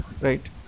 right